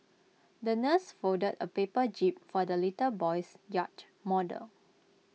the nurse folded A paper jib for the little boy's yacht model